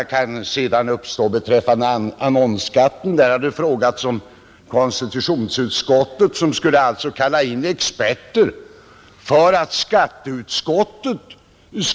När det gäller annonsskatten har tanken väckts att konstitutionsutskottet skulle kunna kalla in experter till skatteutskottet.